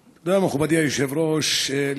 תודה, מכובדי היושב-ראש.